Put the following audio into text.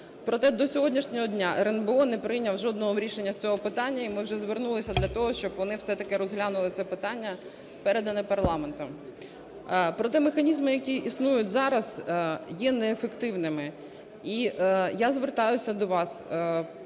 Проте до сьогоднішнього дня РНБО не прийняв жодного рішення з цього питання. І ми вже звернулися для того, щоб вони все-таки розглянули це питання, передане парламентом. Проте механізми, які існують зараз, є неефективними. І я звертаюся до вас,